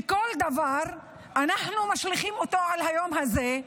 וכל דבר אנחנו משליכים על היום הזה,